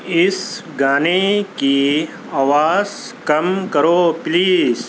اِس گانے کی آواز کم کرو پلیز